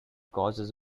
causes